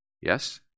Yes